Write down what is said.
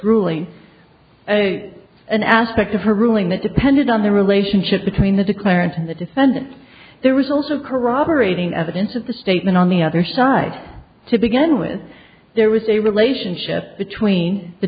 ruling by an aspect of her ruling that depended on the relationship between the declarant and the defendant the result of corroborating evidence of the statement on the other side to begin with there was a relationship between the